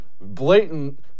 blatant